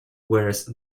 whereas